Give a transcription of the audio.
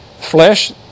flesh